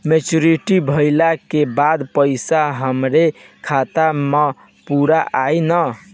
Maturity भईला के बाद पईसा हमरे खाता म पूरा आई न?